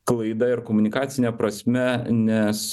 klaida ir komunikacine prasme nes